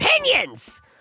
opinions